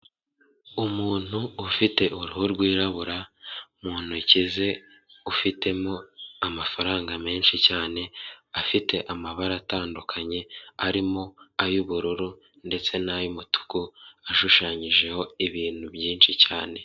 Umuntu ufite uruhu rwirabura mu ntoki ze ufitemo amafaranga menshi cyane afite amabara atandukanye arimo ay'ubururu ndetse n'ay'umutuku ashushanyijeho ibintu byinshi cyane.